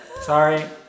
Sorry